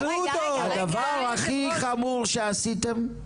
הדבר הכי חמור שעשיתם,